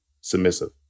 submissive